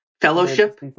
Fellowship